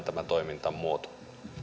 tämä toimintamuoto